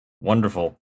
wonderful